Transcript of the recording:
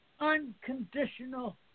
Unconditional